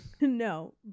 No